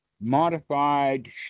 modified